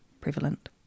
prevalent